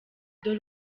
dore